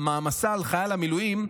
המעמסה על חייל המילואים,